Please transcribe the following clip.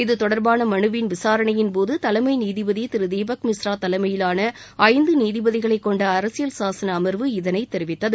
இத்தொடர்பான மனுவின் விசாரணையின்போது தலைமை நீதிபதி திரு தீபக்மிஸ்ரா தலைமையிலான ஐந்து நீதிபதிகளைக்கொண்ட அரசியல் சாசன அமர்வு இதனை தெரிவித்தது